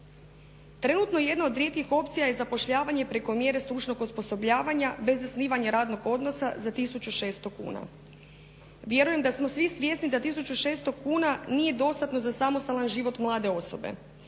Trenutno jedna od rijetkih opcija je zapošljavanje preko mjere stručnog osposobljavanja bez zasnivanja radnog odnosa za 1600 kuna. Vjerujem da smo svi svjesni da 1600 kuna nije dostatno za samostalan život mlade osobe